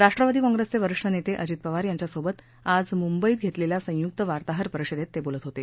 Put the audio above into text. राष्ट्रवादी काँग्रेसचे वरिष्ठ नेते अजित पवार यांच्यासोबत आज मुंबईत घेतलेल्या संयुक्त वार्ताहर परिषदेत ते बोलत होते